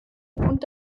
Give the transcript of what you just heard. und